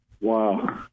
Wow